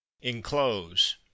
Enclose